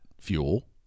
fuel